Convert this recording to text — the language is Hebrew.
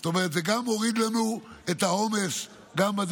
זאת אומרת, זה גם הוריד לנו את העומס בדרכונים.